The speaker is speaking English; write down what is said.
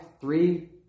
three